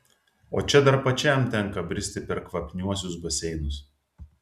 o čia dar pačiam tenka bristi per kvapniuosius baseinus